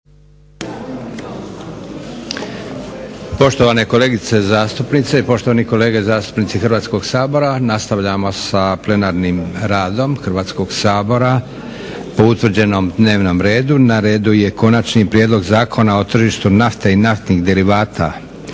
Poštovane kolegice zastupnice, poštovani kolege zastupnici Hrvatskog sabora, nastavljamo sa plenarnim radom Hrvatskog sabora po utvrđenom dnevnom redu. Na redu je: 21. Konačni prijedlog Zakona o tržištu nafte i naftnih derivata,